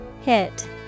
Hit